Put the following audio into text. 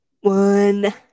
one